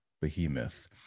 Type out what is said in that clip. behemoth